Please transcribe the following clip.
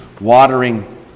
watering